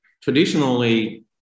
traditionally